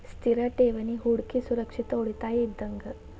ಸ್ಥಿರ ಠೇವಣಿ ಹೂಡಕಿ ಸುರಕ್ಷಿತ ಉಳಿತಾಯ ಇದ್ದಂಗ